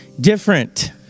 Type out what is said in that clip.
different